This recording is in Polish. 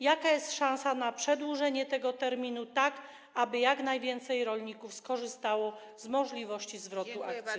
Jaka jest szansa na przedłużenie tego terminu, tak aby jak najwięcej rolników skorzystało z możliwości zwrotu akcyzy?